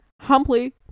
humbly